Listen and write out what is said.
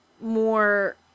more